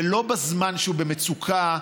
ולא בזמן שהוא במצוקה,